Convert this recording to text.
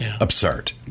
absurd